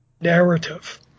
narrative